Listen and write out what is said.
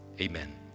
amen